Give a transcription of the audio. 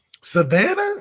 Savannah